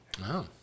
Wow